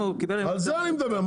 החקלאי קיבל אפשר לבדוק.